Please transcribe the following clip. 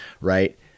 right